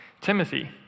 Timothy